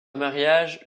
mariage